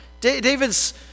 David's